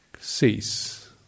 cease